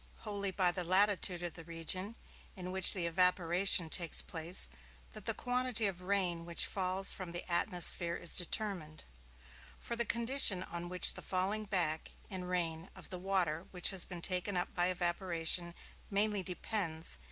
wholly by the latitude of the region in which the evaporation takes place that the quantity of rain which falls from the atmosphere is determined for the condition on which the falling back, in rain, of the water which has been taken up by evaporation mainly depends,